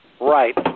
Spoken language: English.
Right